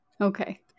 okay